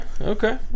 Okay